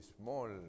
small